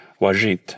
Wajit